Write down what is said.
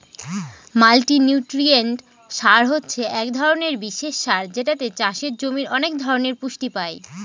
multinutrient সার হছে এক ধরনের বিশেষ সার যেটাতে চাষের জমির অনেক ধরনের পুষ্টি পাই